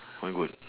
one good